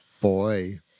Boy